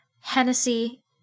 Hennessy